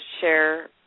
share